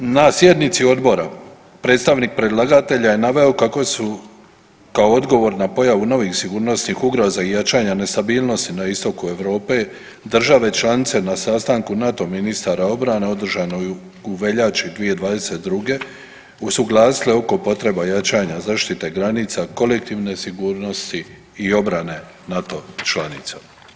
Na sjednici Odbora predstavnik predlagatelja je naveo kako su kao odgovor na pojavu novih sigurnosnih ugroza i jačanja nestabilnosti na istoku Europe, države članice na sastanku NATO ministara obrane održanoj u veljači 2022., usuglasile oko potreba jačanja zaštite granica, kolektivnoj sigurnosti i obrani NATO članica.